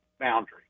boundary